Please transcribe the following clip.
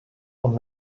und